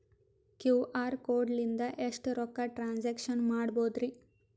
QR code ಲಿಂದ ಎಷ್ಟ ರೊಕ್ಕ ಟ್ರಾನ್ಸ್ಯಾಕ್ಷನ ಮಾಡ್ಬೋದ್ರಿ?